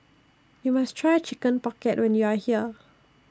YOU must Try Chicken Pocket when YOU Are here